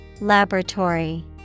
Laboratory